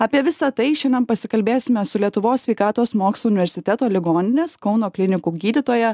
apie visa tai šiandien pasikalbėsime su lietuvos sveikatos mokslų universiteto ligoninės kauno klinikų gydytoja